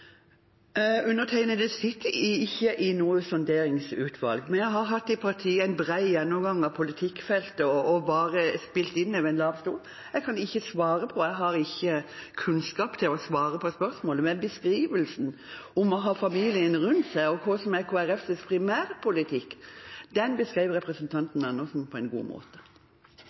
Undertegnede sitter ikke i noe sonderingsutvalg. Vi har hatt en bred gjennomgang av politikkfeltet i partiet og bare spilt inn over en lav sko. Jeg kan ikke svare på det, jeg har ikke kunnskap til å svare på spørsmålet. Men det å ha familien rundt seg og hva som er Kristelig Folkepartis primærpolitikk, beskrev representanten Andersen på en god måte.